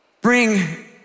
bring